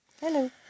Hello